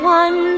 one